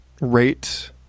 rate